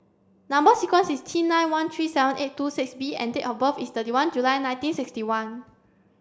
number sequence is T nine one three seven eight two six B and date of birth is thirty one July nineteen sixty one